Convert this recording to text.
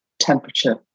temperature